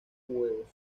huevos